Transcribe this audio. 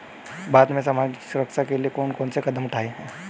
भारत में सामाजिक सुरक्षा के लिए कौन कौन से कदम उठाये हैं?